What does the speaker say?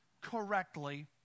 correctly